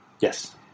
Yes